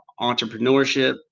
entrepreneurship